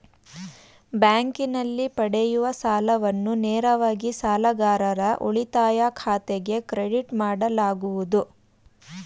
ಬ್ಯಾಂಕಿನಲ್ಲಿ ಪಡೆಯುವ ಸಾಲವನ್ನು ನೇರವಾಗಿ ಸಾಲಗಾರರ ಉಳಿತಾಯ ಖಾತೆಗೆ ಕ್ರೆಡಿಟ್ ಮಾಡಲಾಗುವುದು